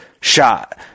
Shot